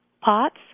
pots